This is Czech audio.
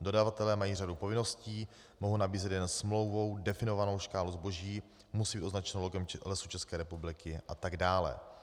Dodavatelé mají řadu povinností, mohou nabízet jen smlouvou definovanou škálu zboží, musí být označeno logem Lesů České republiky atd.